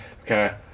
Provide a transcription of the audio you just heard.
Okay